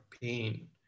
pain